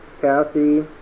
Kathy